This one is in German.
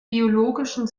biologischen